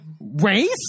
Race